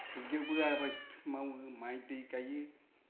दुब्लियावबो आबाद मावो माइ दै गायो